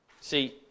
See